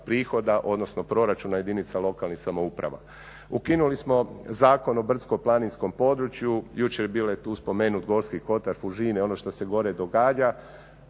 prihoda, odnosno proračuna jedinica lokalnih samouprava. Ukinuli smo Zakon o brdsko-planinskom području, jučer je bio i tu spomenut Gorski Kotar Fužine ono što se gore događa,